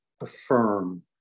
affirm